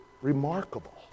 remarkable